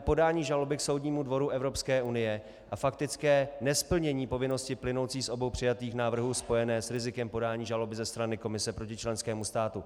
Podání žaloby k Soudnímu dvoru Evropské unie a faktické nesplnění povinnosti plynoucí z obou přijatých návrhů spojené s rizikem podání žaloby ze strany Komise proti členskému státu.